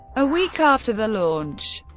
a week after the launch,